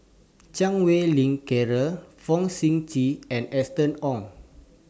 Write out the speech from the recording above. Chan Wei Ling Cheryl Fong Sip Chee and Austen Ong